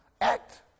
act